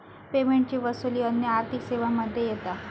पेमेंटची वसूली अन्य आर्थिक सेवांमध्ये येता